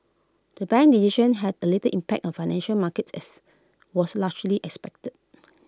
the bank's decision had the little impact on financial markets as was largely expected